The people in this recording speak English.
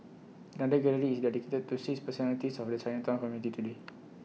another gallery is dedicated to six personalities of the Chinatown community today